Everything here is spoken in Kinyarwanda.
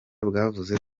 bwavuze